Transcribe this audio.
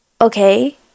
okay